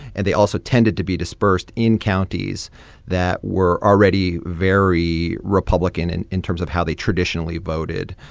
and they also tended to be dispersed in counties that were already very republican in in terms of how they traditionally voted.